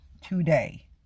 today